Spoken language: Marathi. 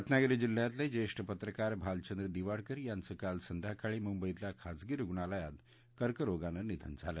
रत्नागिरी जिल्ह्यातले ज्येष्ठ पत्रकार भालचंद्र दिवाडकर यांचं कालं संध्याकाळी मुंबईतल्या खासगी रुग्णालयात कर्करोगानं निधन झालं